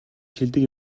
шилдэг